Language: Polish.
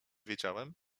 wiedziałem